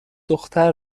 دختر